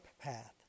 path